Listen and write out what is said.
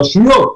ברשויות